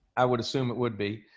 i would assume it would be.